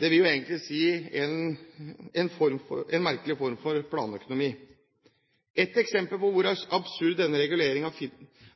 det vil jo egentlig si en merkelig form for planøkonomi. Et eksempel på hvor absurd denne reguleringen